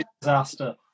disaster